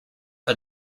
are